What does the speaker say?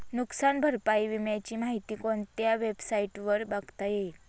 नुकसान भरपाई विम्याची माहिती कोणत्या वेबसाईटवर बघता येईल?